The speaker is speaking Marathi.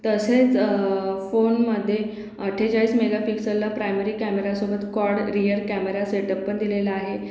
तसेच फोनमध्ये अठ्ठेचाळीस मेगा पिक्सलला प्रायमरी कॅमेरासोबत कॉड रियल कॅमेरा सेटअप पण दिलेला आहे